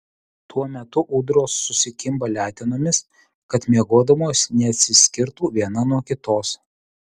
tuo metu ūdros susikimba letenomis kad miegodamos neatsiskirtų viena nuo kitos